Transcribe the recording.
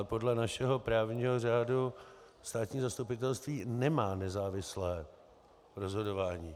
Podle našeho právního řádu státní zastupitelství nemá nezávislé rozhodování.